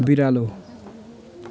बिरालो